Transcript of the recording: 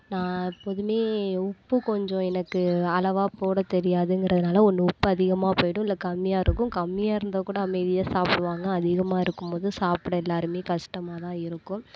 நான் எப்போதுமே உப்பு கொஞ்சம் எனக்கு அளவாக போட தெரியாதுங்கிறதுனால ஒன்று உப்பு அதிகமாக போயிடும் இல்லை கம்மியாக இருக்கும் கம்மியாக இருந்தால் கூட அமைதியாக சாப்பிடுவாங்க அதிகமாக இருக்கும் போது சாப்பிட எல்லோருமே கஷ்டமாக தான் இருக்கும்